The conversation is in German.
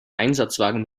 einsatzwagen